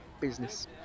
business